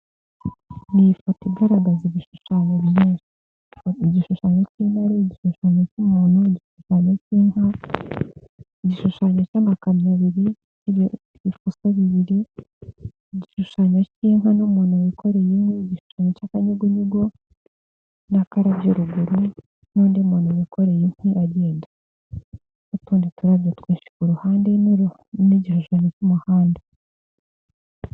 Ni ifoto igaragaza ibishushanyo bitandukanye, igishushanyo cy'intare, igishushanyo cy'umuntu, igishushanyo cy'inka, igishushanyo cy'amakamyo abiri, icy'ibimasa bibiri, igishushanyo cy'inka n'umuntu wikoreye inkwi, igishushanyo cy'akanyugunyugu n'akarabyo ruguru n'undi muntu wikoreye inkwi, agenda n'utundi turabyo twinshi ku ruhande n'igishushanyo cy'umuhanda.